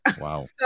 Wow